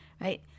right